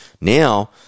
Now